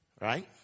right